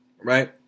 right